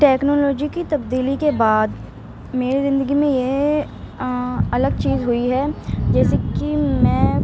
technology کی تبدیلی کے بعد میری زندگی میں یہ الگ چیز ہوئی ہے جیسے کہ میں